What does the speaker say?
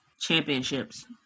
Championships